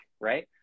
right